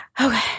Okay